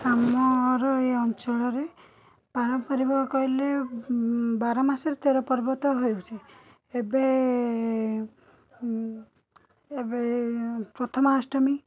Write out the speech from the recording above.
ଆମର ଏ ଅଞ୍ଚଳରେ କହିଲେ ବାର ମାସରେ ତେର ପର୍ବ ତ ହେଉଛି ଏବେ ଏବେ ପ୍ରଥମାଷ୍ଟମୀ